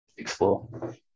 explore